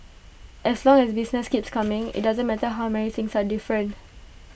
as long as business keeps coming IT doesn't matter how many things are different